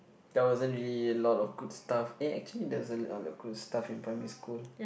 there wasn't really a lot of good stuff eh actually there's isn't a lot of good stuff in primary school